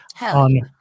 on